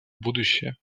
будущее